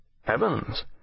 Heavens